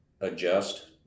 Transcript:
adjust